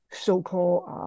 So-called